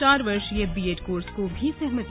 चार वर्षीय B Ed course को भी सहमति